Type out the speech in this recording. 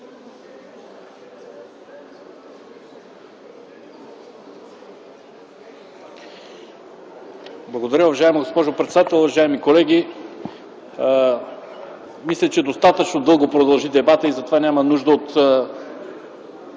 Благодаря. Уважаема госпожо председател, уважаеми колеги! Мисля, че достатъчно дълго продължи дебатът, затова няма нужда от